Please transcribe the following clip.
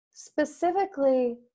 specifically